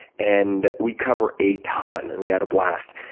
and we cover a ton, and we had a blast.